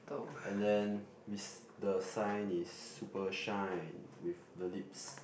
and then the sign is super shine with the lips